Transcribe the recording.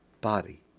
body